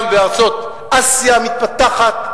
גם בארצות אסיה המתפתחת.